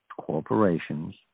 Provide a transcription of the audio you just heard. corporations